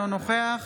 אינו נוכח